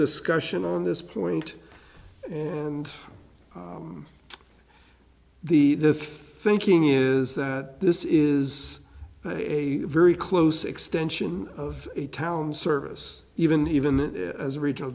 discussion on this point and the the franking is that this is a very close extension of a town service even even that as a regional